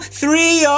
three